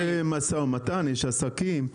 יש משא ומתן, יש עסקים.